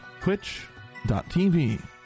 twitch.tv